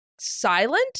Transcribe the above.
silent